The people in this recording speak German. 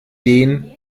den